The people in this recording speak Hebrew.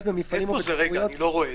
במפעלים או בתחרויות בין-לאומיים,